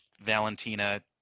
Valentina